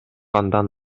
андан